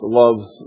loves